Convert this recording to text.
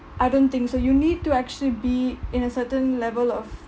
I don't think so you need to actually be in a certain level of